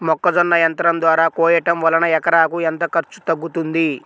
మొక్కజొన్న యంత్రం ద్వారా కోయటం వలన ఎకరాకు ఎంత ఖర్చు తగ్గుతుంది?